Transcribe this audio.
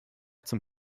zum